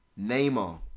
Neymar